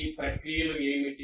ఈ ప్రక్రియలు ఏమిటి